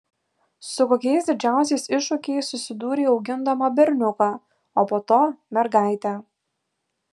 su kokiais didžiausiais iššūkiais susidūrei augindama berniuką o po to mergaitę